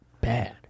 bad